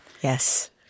Yes